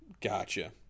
Gotcha